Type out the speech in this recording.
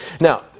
now